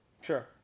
Sure